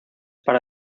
para